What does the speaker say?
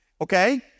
okay